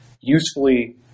usefully